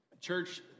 church